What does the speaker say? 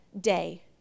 day